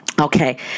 Okay